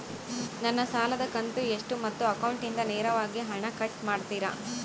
ನನ್ನ ಸಾಲದ ಕಂತು ಎಷ್ಟು ಮತ್ತು ಅಕೌಂಟಿಂದ ನೇರವಾಗಿ ಹಣ ಕಟ್ ಮಾಡ್ತಿರಾ?